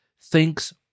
thinks